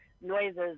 noises